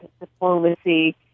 diplomacy